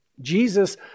Jesus